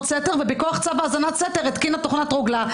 סתר ובכוח צו האזנת סתר התקינה תוכנת רוגלה.